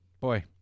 boy